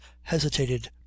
hesitated